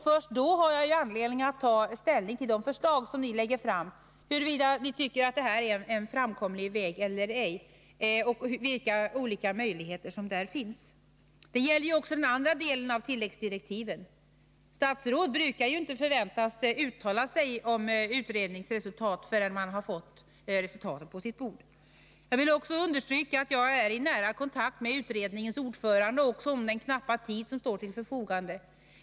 Först då det lagts fram har jag anledning att ta ställning till huruvida ert förslag innebär en framkomlig väg eller ej. Detta gäller också den andra delen av tilläggsdirektiven. Statsråd brukar inte förväntas uttala sig om utredningsresultat förrän de fått dem på sitt bord. Jag vill också understryka att jag står i nära kontakt med utredningens ordförande beträffande den knappa tid som står till förfogande.